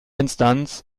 instanz